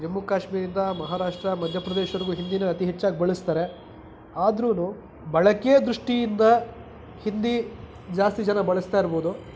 ಜಮ್ಮು ಕಾಶ್ಮೀರಿಂದ ಮಹಾರಾಷ್ಟ್ರ ಮಧ್ಯ ಪ್ರದೇಶ್ದೊರ್ಗೂ ಹಿಂದೀನೆ ಅತಿ ಹೆಚ್ಚಾಗಿ ಬಳಸ್ತಾರೆ ಆದ್ರೂ ಬಳಕೆ ದೃಷ್ಟಿಯಿಂದ ಹಿಂದಿ ಜಾಸ್ತಿ ಜನ ಬಳಸ್ತಾ ಇರ್ಬೋದು